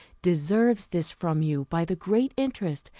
deserves this from you, by the great interest,